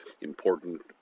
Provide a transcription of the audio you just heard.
important